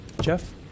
Jeff